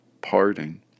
parting